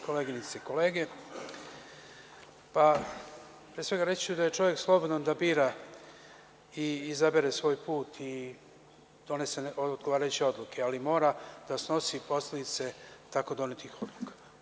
Koleginice i kolege, pre svega reći ću da je čovek slobodan da bira i izabere svoj put, kao i da donese odgovarajuće odluke, ali mora da snosi posledice tako donetih odluka.